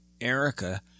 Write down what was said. Erica